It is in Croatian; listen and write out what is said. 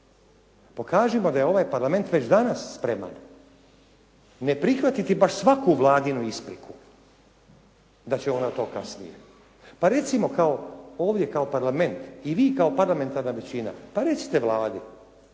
Pokažimo da je ovaj parlament već danas spreman ne prihvatiti baš svaku Vladinu ispriku da će ona to kasnije. Pa recimo ovdje kao parlament i vi kao parlamentarna većina pa recite Vladi,